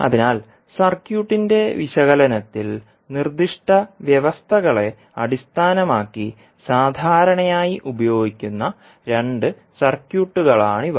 അതിനാൽ സർക്യൂട്ടിന്റെ വിശകലനത്തിൽ നിർദ്ദിഷ്ട വ്യവസ്ഥകളെ അടിസ്ഥാനമാക്കി സാധാരണയായി ഉപയോഗിക്കുന്ന രണ്ട് സർക്യൂട്ടുകളാണ് ഇവ